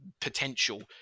potential